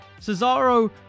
Cesaro